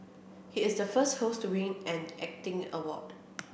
he is the first host to win an acting award